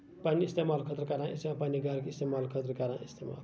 پَنٕنہِ اِستعمال خٲطرٕ کران أسۍ پَنٕنہِ گَرُک اِستعمال خٲطرٕ کران أسۍ اِستعمال